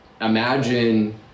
imagine